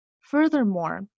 Furthermore